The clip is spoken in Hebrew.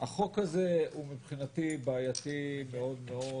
החוק הזה מבחינתי הוא בעייתי מאוד מאוד,